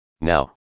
Now